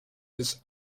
this